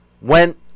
went